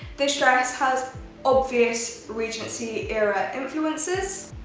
this dress has obvious regency era influences.